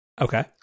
Okay